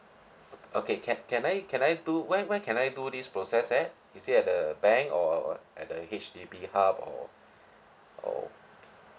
okay can can I can I do where where can I do this process at is it at the bank or at the H_D_B hub or or